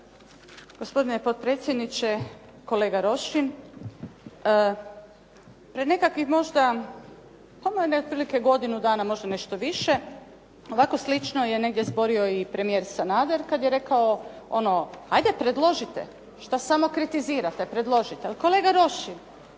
Gospodine potpredsjedniče, kolega Rošin. Pred nekakvih možda otprilike godine dana, možda nešto više, ovako slično je negdje zborio i premijer Sanader kada je rekao, ajde preložite što samo kritizirate, predložite. Kolega Rošin